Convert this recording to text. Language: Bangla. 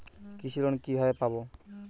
কৃষি লোন কিভাবে পাব?